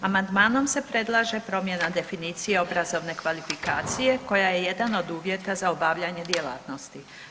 Amandman se predlaže promjena definicije obrazovne kvalifikacije koja je jedan od uvjeta za obavljanje djelatnosti.